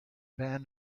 van